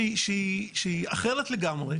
שהיא אחרת לגמרי,